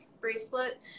bracelet